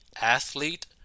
athlete